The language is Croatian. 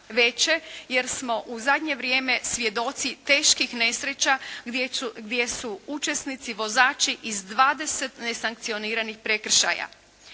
veće jer smo u zadnje vrijeme svjedoci teških nesreća gdje su učesnici vozači iz 20 nesankcioniranih prekršaja.